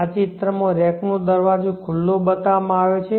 આ ચિત્રમાં રેકનો દરવાજો ખુલ્લો બતાવવામાં આવ્યો છે